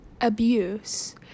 abuse